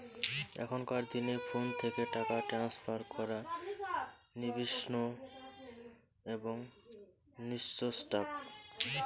এখনকার দিনে ফোন থেকে টাকা ট্রান্সফার করা নির্বিঘ্ন এবং নির্ঝঞ্ঝাট